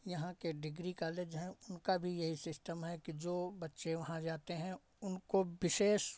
यहाँ के degree college हैं उनका भी यही सिस्टम है कि जो बच्चे वहाँ जाते हैं उनको विशेष